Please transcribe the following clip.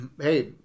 hey